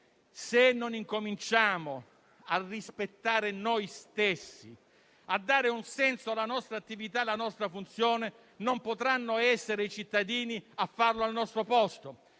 però non cominciamo a rispettare noi stessi e a dare un senso alla nostra attività e alla nostra funzione, non potranno essere i cittadini a farlo al nostro posto.